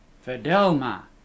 fedelma